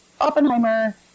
Oppenheimer